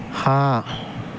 ہاں